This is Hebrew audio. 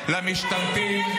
-- תתמקדו בחוקים.